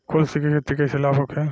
कुलथी के खेती से लाभ होखे?